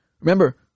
Remember